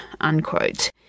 unquote